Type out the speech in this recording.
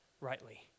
rightly